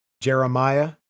Jeremiah